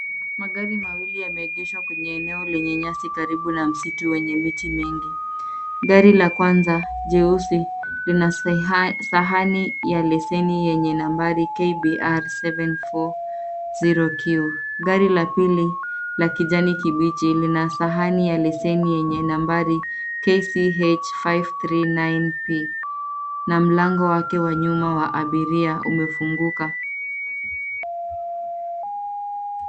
Magari mawili yameegeshwa kwenye eneo lenye nyasi karibu na msitu wenye miti mingi. Gari la kwanza jeusi lina sahani ya leseni yenye nambari KBR 740Q. Gari la pili la kijani kibichi lina sahani ya leseni yenye nambari KCH 539P. Na mlango wake wa nyuma wa abiria umefunguka.